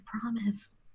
promise